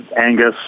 Angus